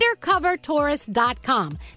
undercovertourist.com